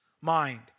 mind